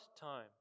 time